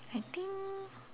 I think